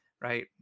right